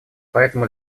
поэтому